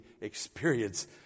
experience